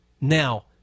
Now